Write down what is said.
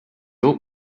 old